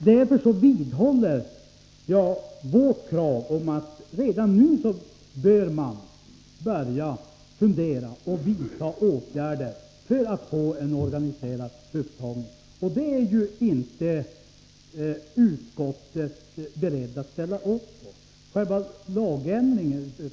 Därför vidhåller jag vårt krav att man redan nu skall börja vidta åtgärder för att få till stånd en organiserad upptagning. Det är utskottet inte berett att ställa upp på.